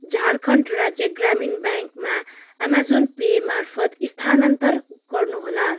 झारखण्ड राज्य ग्रामीण ब्याङ्कमा अमेजन पे मार्फत स्थानान्तर गर्नु होला